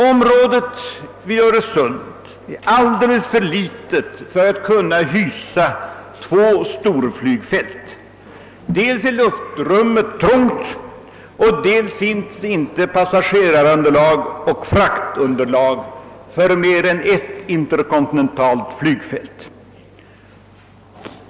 Området vid Öresund är alldeles för litet för att kunna hysa två storflygfält: dels är luftrummet för trångt, dels finns det inte passagerarunderlag och fraktunderlag för två interkontinentala flygfält.